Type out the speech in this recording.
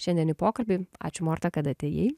šiandien pokalbį ačiū morta kad atėjai